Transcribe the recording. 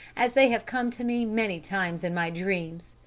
as they have come to me many times in my dreams,